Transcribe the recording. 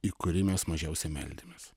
į kurį mes mažiausiai meldėmės